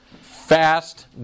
fast